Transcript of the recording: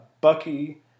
Bucky